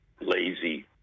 lazy